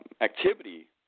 activity